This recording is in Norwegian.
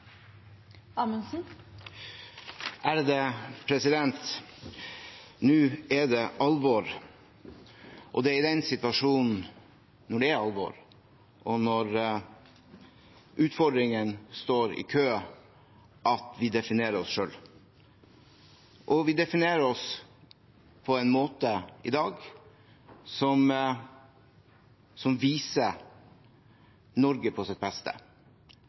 Nå er det alvor, og det er i den situasjonen – når det er alvor, og når utfordringene står i kø – vi definerer oss selv. Vi definerer oss i dag på en måte som viser Norge på sitt